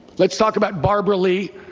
let's talk about barbara lee,